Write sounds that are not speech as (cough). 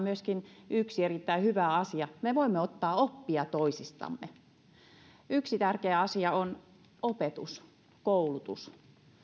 (unintelligible) myöskin yksi erittäin hyvä asia me voimme ottaa oppia toisistamme yksi tärkeä asia on opetus koulutus